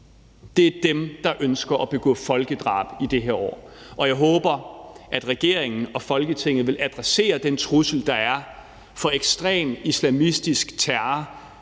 Det er dem, der ønsker at begå folkedrab i de her år, og jeg håber, at regeringen og Folketinget vil adressere den trussel, der er fra ekstrem islamistisk terror,